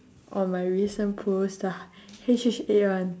on my recent post ah H_H_N one